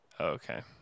Okay